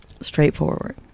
straightforward